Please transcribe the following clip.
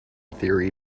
theory